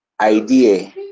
idea